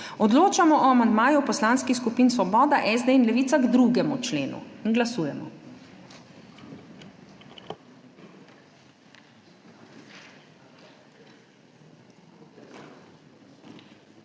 odločanje o amandmaju poslanskih skupin Svoboda, SD in Levica k 1. členu. Glasujemo.